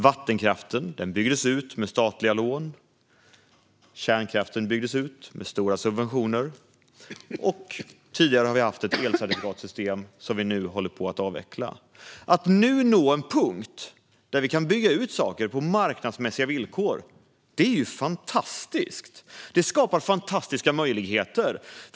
Vattenkraften byggdes ut med statliga lån. Kärnkraften byggdes ut med stora subventioner. Tidigare har vi haft ett elcertifikatssystem som vi nu håller på att avveckla. Att vi nu når en punkt där vi kan bygga ut saker på marknadsmässiga villkor är fantastiskt! Det skapar fantastiska möjligheter.